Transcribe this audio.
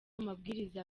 amabwiriza